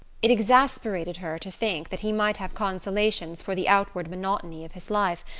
it exasperated her to think that he might have consolations for the outward monotony of his life,